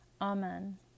Amen